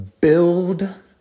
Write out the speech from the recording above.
build